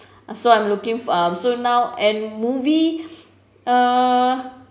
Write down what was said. so I'm looking um so now and movie uh